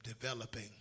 developing